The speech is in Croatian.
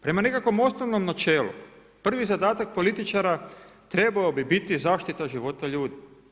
Prema nekakvom osnovnom načelu, prvi zadatak političara trebao bi biti zaštita života ljudi.